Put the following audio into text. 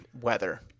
weather